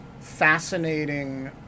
fascinating